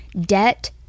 debt